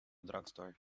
drugstore